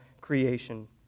creation